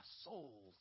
soul